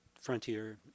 frontier